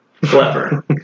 clever